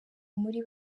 muri